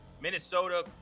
Minnesota